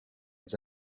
ils